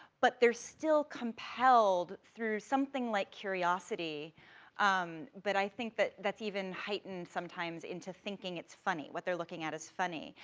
but they're still compelled through something like curiosity that um but i think that, that's even heightened, sometimes, into thinking it's funny, what they're looking at is funny.